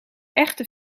echte